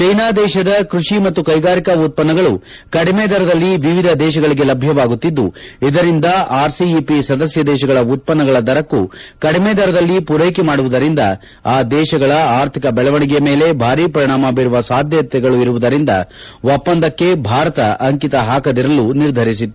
China ದೇಶದ ಕೃಷಿ ಮತ್ತು ಕೈಗಾರಿಕಾ ಉತ್ಪನ್ನಗಳು ಕಡಿಮೆ ದರದಲ್ಲಿ ವಿವಿಧ ದೇಶಗಳಿಗೆ ಲಭ್ಯವಾಗುತ್ತಿದ್ದು ಇದರಿಂದ ಆರ್ಸಿಇಪಿ ಸದಸ್ಯ ದೇಶಗಳ ಉತ್ಪನ್ನಗಳ ದರಕ್ಕೂ ಕಡಿಮೆ ದರದಲ್ಲಿ ಪೂರೈಕೆ ಮಾಡುವುದರಿಂದ ಆ ದೇಶಗಳ ಆರ್ಥಿಕ ಬೆಳವಣಿಗೆಯ ಮೇಲೆ ಭಾರೀ ಪರಿಣಾಮ ಬೀರುವ ಸಾಧ್ಯತೆಗಳು ಇರುವುದರಿಂದ ಒಪ್ಪಂದಕ್ಕೆ ಭಾರತ ಅಂಕಿತ ಹಾಕದಿರಲು ನಿರ್ಧರಿಸಿತ್ತು